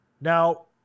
Now